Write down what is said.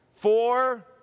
four